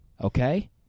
Okay